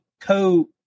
co